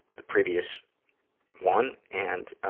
the previous one. and